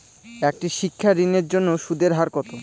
একটি শিক্ষা ঋণের জন্য সুদের হার কত?